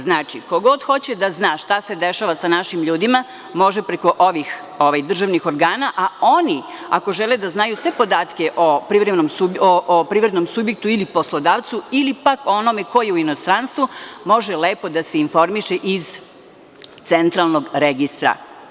Znači, ko god hoće da zna šta se dešava sa našim ljudima može preko ovih državnih organa, a oni ako žele da znaju sve podatke o privrednom subjektu ili poslodavcu ili pak o onomeko je u inostranstvu može lepo da se informiše i iz centralnog registra.